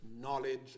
knowledge